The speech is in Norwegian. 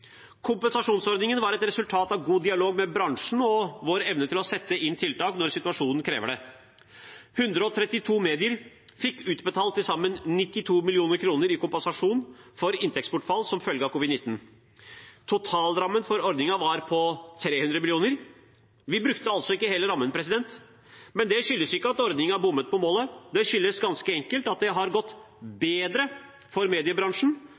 Kompensasjonsordningen var et resultat av god dialog med bransjen og vår evne til å sette inn tiltak når situasjonen krever det. 132 medier fikk utbetalt til sammen 92 mill. kr i kompensasjon for inntektsbortfall som følge av covid-19. Totalrammen for ordningen var på 300 mill. kr. Vi brukte altså ikke hele rammen. Det skyldes ikke at ordningen bommet på målet, det skyldes ganske enkelt at det har gått bedre for mediebransjen